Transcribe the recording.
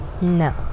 No